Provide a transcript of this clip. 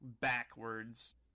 backwards